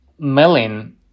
million